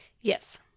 Yes